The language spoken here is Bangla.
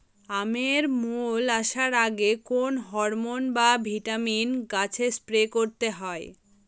আমের মোল আসার আগে কোন হরমন বা ভিটামিন গাছে স্প্রে করতে হয়?